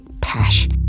pash